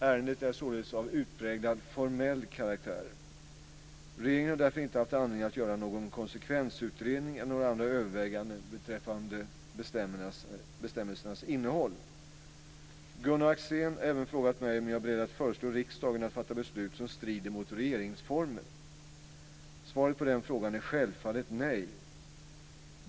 Ärendet är således av utpräglat formell karaktär. Regeringen har därför inte haft anledning att göra någon konsekvensutredning eller några andra överväganden beträffande bestämmelsernas innehåll. Gunnar Axén har även frågat mig om jag är beredd att föreslå riksdagen att fatta beslut som strider mot regeringsformen. Svaret på den frågan är självfallet nej.